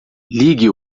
ligue